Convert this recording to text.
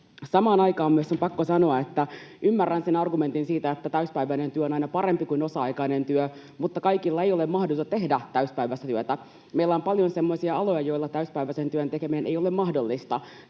Samaan aikaan on myös pakko sanoa, että ymmärrän sen argumentin siitä, että täyspäiväinen työ on aina parempi kuin osa-aikainen työ, mutta kaikilla ei ole mahdollista tehdä täyspäiväistä työtä. Meillä on paljon semmoisia aloja, joilla täyspäiväisen työn tekeminen ei ole mahdollista.